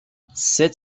sept